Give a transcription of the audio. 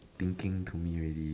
thinking to me already